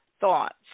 thoughts